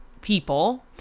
people